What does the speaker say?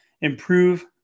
improve